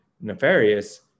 nefarious